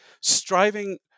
striving